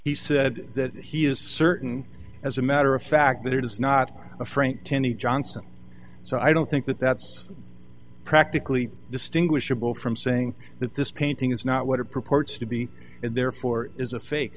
he said that he is certain as a matter of fact that it is not a frank teddy johnson so i don't think that that's practically distinguishable from saying that this painting is not what it purports to be and therefore is a fake